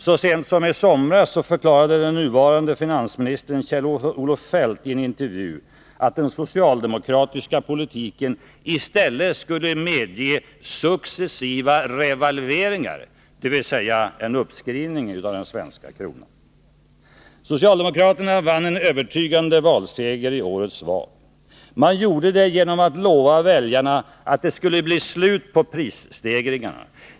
Så sent som i somras förklarade den nuvarande finansministern Kjell-Olof Feldt i en intervju att den socialdemokratiska politiken i stället skulle medge successiva revalveringar, dvs. en uppskrivning av den svenska kronan. Socialdemokraterna vann en övertygande valseger i årets val. Man gjorde det genom att lova väljarna att det skulle bli slut på prisstegringarna.